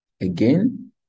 Again